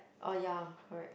orh ya correct